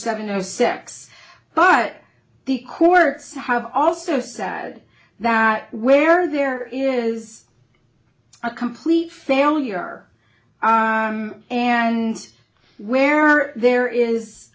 seventy six but the courts have also sad that where there is a complete failure and where there is